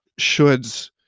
shoulds